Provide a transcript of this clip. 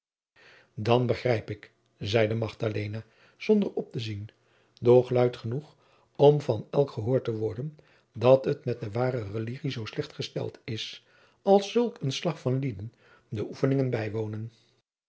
dan begrijp ik zeide magdalena zonder op te zien doch luid genoeg om van elk gehoord te worden dat het met de ware religie zoo slecht gesteld is als zulk een slach van lieden de oefeningen bijwonen